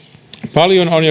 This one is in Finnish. paljon on